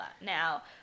Now